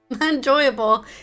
Enjoyable